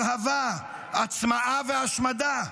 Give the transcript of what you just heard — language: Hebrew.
הרעבה, הצמאה והשמדה.